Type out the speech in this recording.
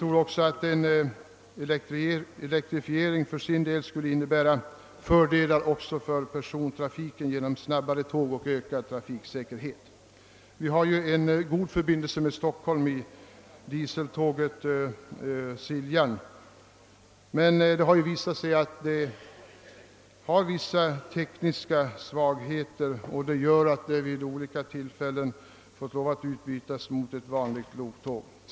En elektrifiering skulle också medföra fördelar för persontrafiken genom snabbare tåg och ökad trafiksäkerhet. Vi har en god förbindelse med Stockholm genom dieseltåget Siljan. Det visar sig emellertid att detta tåg har vissa tekniska svagheter och vid olika tillfällen måst utbytas mot ett vanligt loktåg.